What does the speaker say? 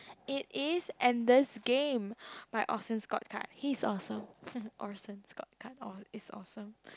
it is and this game by Orson-Scott-Card he is awesome Orson-Scott-Card or is awesome